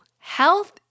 Health